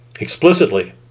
explicitly